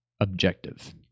objective